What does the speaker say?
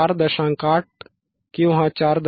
8v ते 4